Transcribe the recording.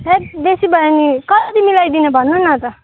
धैत बेसी भयो नि कति मिलाइदिने भन्नु न त